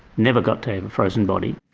never got to a but frozen body.